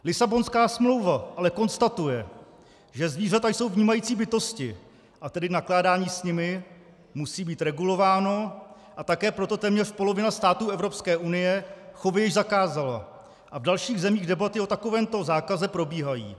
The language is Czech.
Lisabonská smlouva ale konstatuje, že zvířata jsou vnímající bytosti, a tedy nakládání s nimi musí být regulováno, a také proto téměř polovina států Evropské unie chovy již zakázala a v dalších zemích debaty o takovémto zákazu probíhají.